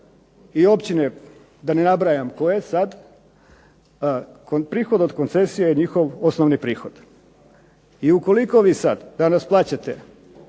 i općine, da ne nabrajam koje sad, prihod od koncesije je njihov osnovni prihod. I ukoliko vi sad, danas plaćate